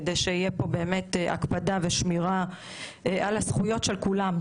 כדי שתהיה פה באמת הקפדה ושמירה על הזכויות של כולם,